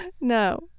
No